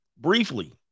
briefly